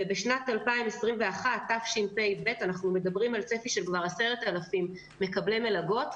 ובשנת 2021 תשפ"ב מדובר על צפי של 10,000 מקבלי מלגות.